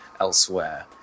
elsewhere